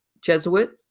Jesuit